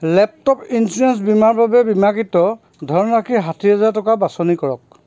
laptop insurance বীমাৰ বাবে বীমাকৃত ধনৰাশি ষাঠি হেজাৰ টকা বাছনি কৰক